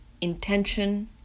intention